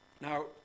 Now